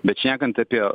bet šnekant apie